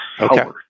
Okay